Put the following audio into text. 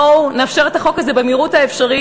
בואו נאפשר את החוק הזה במהירות האפשרית,